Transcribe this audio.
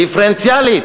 דיפרנציאלית,